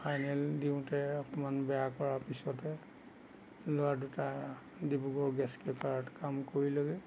final দিওঁতে অকমান বেয়া কৰাৰ পিছতে ল'ৰা দুটা ডিব্ৰুগড় গেছ ক্ৰেকাৰত কাম কৰি ল'লে